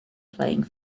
playing